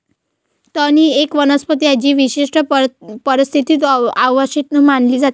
तण ही एक वनस्पती आहे जी विशिष्ट परिस्थितीत अवांछित मानली जाते